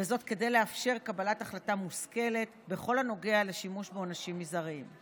וזאת כדי לאפשר קבלת החלטה מושכלת בכל הנוגע לשימוש בעונשים מזעריים.